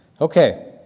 Okay